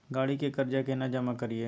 गाड़ी के कर्जा केना जमा करिए?